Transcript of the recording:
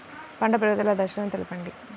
పంట పెరుగుదల దశలను తెలపండి?